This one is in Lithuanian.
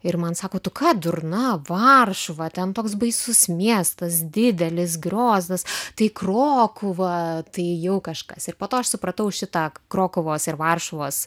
ir man sako tu ką durna varšuva ten toks baisus miestas didelis griozdas tai krokuva tai jau kažkas ir po to aš supratau šitą krokuvos ir varšuvos